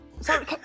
Sorry